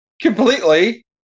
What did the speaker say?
completely